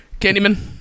Candyman